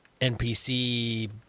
NPC